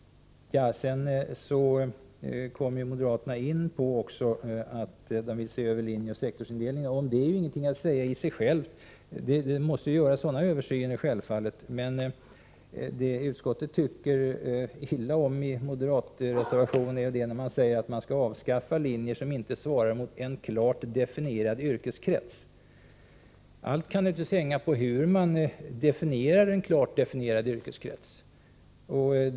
Vidare kommer moderaterna in på att de vill se över linjeoch sektorsindelningen. Det är ingenting att säga om det — sådana översyner måste självfallet göras — men utskottet tycker illa om moderaternas uttalande att man skall avskaffa sådana linjer som inte svarar mot en klart definierad yrkeskrets. Ett ställningstagande kan naturligtvis hänga på vad som menas med ”en klart definierad yrkeskrets”.